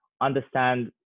understand